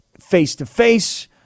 face-to-face